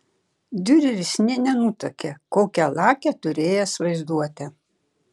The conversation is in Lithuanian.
diureris nė nenutuokė kokią lakią turėjęs vaizduotę